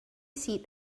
seat